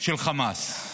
של חמאס.